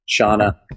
Shauna